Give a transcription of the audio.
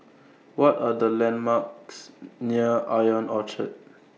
What Are The landmarks near Ion Orchard